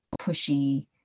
pushy